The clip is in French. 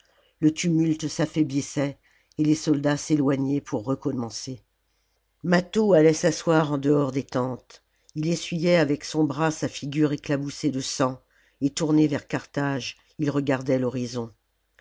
le tumulte s'affaiblissait et les soldats s'éloignaient pour recommencer mâtho allait s'asseoir en dehors des tentes il essuyait avec son bras sa figure éclaboussée de sang et tourné vers carthage il regardait l'horizon